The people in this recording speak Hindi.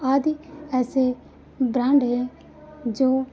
आदि ऐसे ब्रांड हैं जो